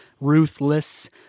ruthless